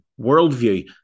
worldview